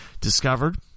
discovered